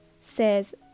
says